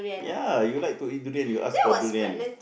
ya you like to eat durian you ask for durian